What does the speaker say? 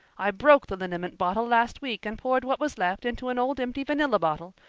i broke the liniment bottle last week and poured what was left into an old empty vanilla bottle.